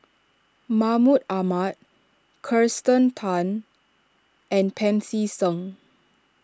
Mahmud Ahmad Kirsten Tan and Pancy Seng